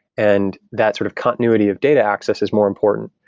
and that sort of continuity of data access is more important.